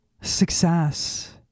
success